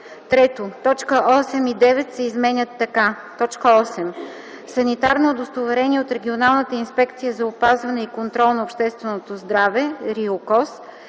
3. Точки 8 и 9 се изменят така: „8. санитарно удостоверение от Регионалната инспекция за опазване и контрол на общественото здраве (РИОКОЗ)